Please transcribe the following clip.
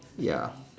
ya